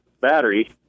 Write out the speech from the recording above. battery